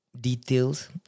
details